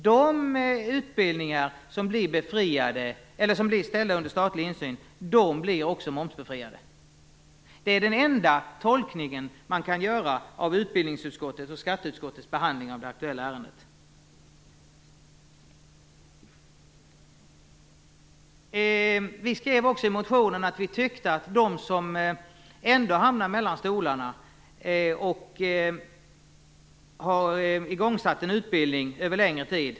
De utbildningar som blir ställda under statlig insyn blir också momsbefriade. Det är den enda tolkning man kan göra av utbildningsutskottets och skatteutskottets behandling av det aktuella ärendet. Vi skrev också i motionen om dem som ändå hamnar mellan stolarna och har börjat en utbildning över längre tid.